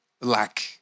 lack